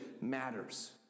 matters